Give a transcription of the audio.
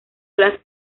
las